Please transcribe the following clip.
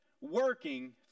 working